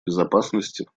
безопасности